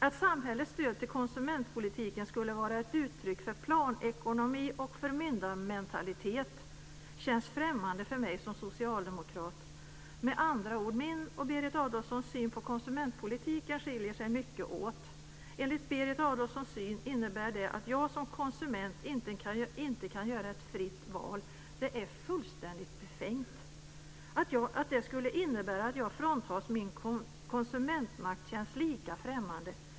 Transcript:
Att samhällets stöd till konsumentpolitiken skulle vara ett uttryck för planekonomi och förmyndarmentalitet känns främmande för mig som socialdemokrat. Med andra ord: Min och Berit Adolfssons syn på konsumentpolitiken skiljer sig mycket åt. Enligt Berit Adolfssons syn kan jag som konsument inte kan göra ett fritt val. Det är befängt. Att det skulle innebära att jag fråntas min konsumentmakt känns lika främmande.